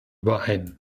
überein